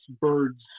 birds